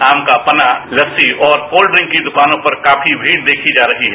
आम का पन्ना लस्सी और कोल्ड ड्डिंक की द्वकानों पर काफी भीड़ देखी जा रही है